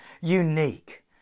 unique